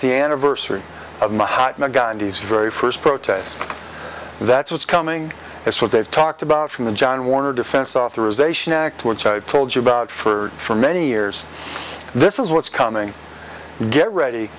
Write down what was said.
the anniversary of mahatma gandhi's very first protest that's what's coming as what they've talked about from the john warner defense authorization act which i told you about for for many years this is what's coming get ready